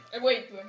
Wait